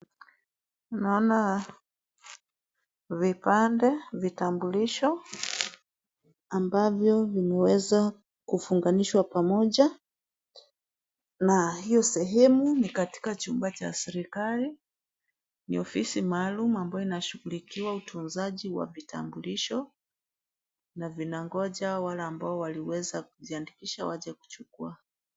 Naona vipande, vitambulisho, ambavyo vimeweza kufunganishwa pamoja na hiyo sehemu ni katika chumba cha serikali, ni ofisi maalum ambayo inashughulikiwa utunzaji wa vitambulisho na vinangoja wale ambao waliweza kujiandikisha waje kuchukua.